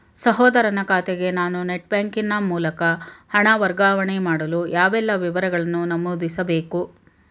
ಸಹೋದರನ ಖಾತೆಗೆ ನಾನು ನೆಟ್ ಬ್ಯಾಂಕಿನ ಮೂಲಕ ಹಣ ವರ್ಗಾವಣೆ ಮಾಡಲು ಯಾವೆಲ್ಲ ವಿವರಗಳನ್ನು ನಮೂದಿಸಬೇಕು?